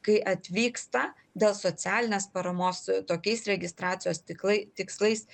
kai atvyksta dėl socialinės paramos tokiais registracijos stiklai tikslais